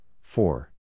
four